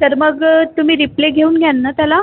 तर मग तुम्ही रिप्ले घेऊन घ्यान ना त्याला